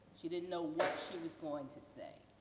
she didn't know what she was going to say.